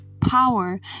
power